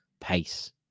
pace